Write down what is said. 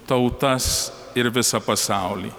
tautas ir visą pasaulį